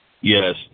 Yes